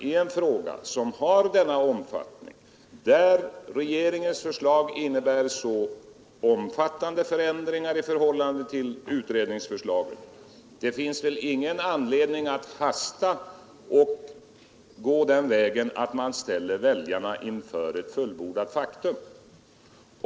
I en fråga som har denna omfattning och där regeringens förslag innebär så omfattande förändringar i förhållande till utredningens förslag finns det ingen anledning att hasta och ställa väljarna inför ett fullbordat faktum.